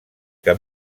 que